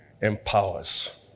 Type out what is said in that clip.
empowers